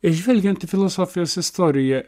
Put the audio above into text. žvelgiant į filosofijos istoriją